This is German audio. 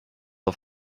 auf